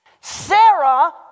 Sarah